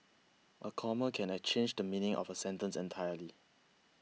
a comma can I change the meaning of a sentence entirely